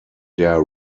der